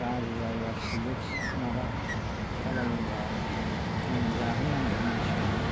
गाज्रि जायोब्ला खिलु माबा खालायोब्ला मुलि जाहोनांगौ मैसोनो